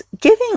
giving